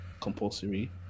compulsory